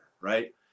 right